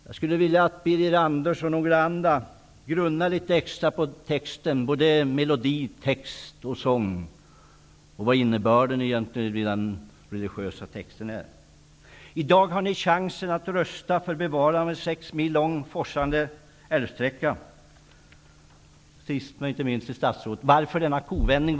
Jag skulle vilja att Birger Andersson och andra grunnar litet extra på melodin, innebörden i den religiösa texten och sången. I dag har ni chansen att rösta för ett bevarande av en 6 mil lång forsande älvsträcka. Varför, statsrådet, denna kovändning?